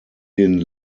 den